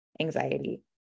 anxiety